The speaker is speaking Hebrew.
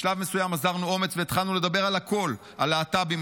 בשלב מסוים אזרנו אומץ והתחלנו לדבר על הכול: על להט"בים,